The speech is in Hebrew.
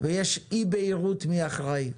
ויש אי בהירות מי אחראי,